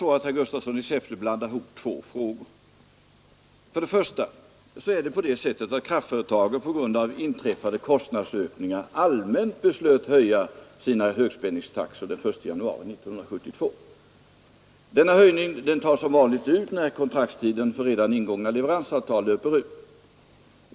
8 Herr talman! Herr Gustafsson i Säffle blandar uppenbarligen ihop två frågor. För det första beslöt kraftföretagen allmänt att på grund av inträffade kostnadsökningar höja sina högspänningstaxor den 1 januari 1972. Denna höjning tas som vanligt ut när kontraktstiden för redan ingångna leveransavtal löper ut.